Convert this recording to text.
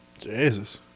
Jesus